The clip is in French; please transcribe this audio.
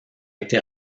été